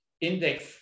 index